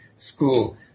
school